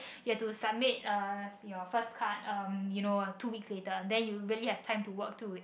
you have to submit uh your first cut you know two weeks later then you really have time to work to it